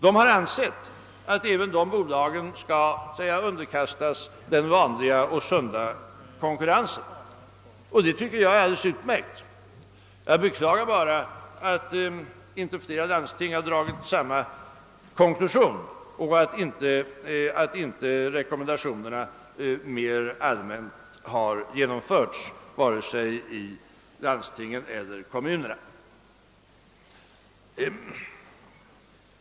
De har ansett att även dessa bolag skall underkastas den vanliga sunda konkurrensen. Det tycker jag är alldeles utmärkt. Jag beklagar bara att inte fler landsting har dragit samma konklusion och att inte rekommendationerna mer allmänt har genomförts i landstingen och kommunerna.